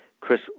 Chris